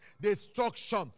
destruction